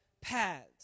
paths